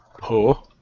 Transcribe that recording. poor